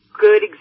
good